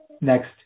next